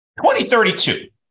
2032